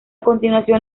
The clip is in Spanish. continuación